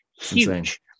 Huge